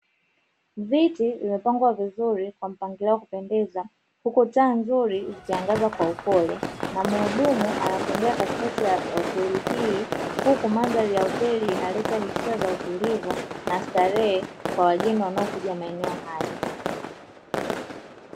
Viti vimepangwa vizuri kwa mpangilio wa kupendeza huku taa nzuri zikiangaza kwa upole, na mhudumu anatembea katikati ya hoteli hii huku mandhari ya hoteli inaleta hisia za utulivu na starehe kwa wageni wanaokuja maeneo haya.